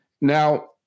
Now